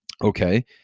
okay